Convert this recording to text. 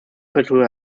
kultur